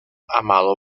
amado